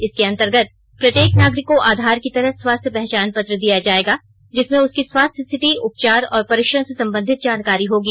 इसके अंतर्गत प्रत्येक नागरिक को आधार की तरह स्वास्थ्य पहचानपत्र दिया जाएगा जिसमें उसकी स्वास्थ्य स्थिति उपचार और परीक्षण से संबंधित जानकारी होगी